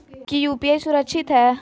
की यू.पी.आई सुरक्षित है?